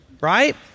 Right